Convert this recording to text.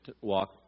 walk